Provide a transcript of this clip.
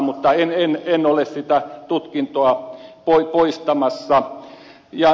mutta en ole ole sitä tutkintoa poistamassa